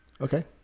Okay